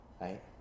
right